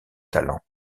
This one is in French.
talent